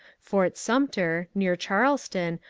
fort sumter, near charles ton,